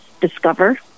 discover